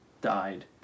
died